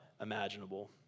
imaginable